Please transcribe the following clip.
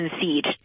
concede